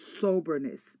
soberness